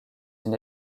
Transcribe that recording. une